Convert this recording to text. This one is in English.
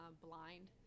blind